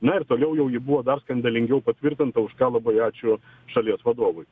na ir toliau jau ji buvo dar skandalingiau patvirtinta už ką labai ačiū šalies vadovui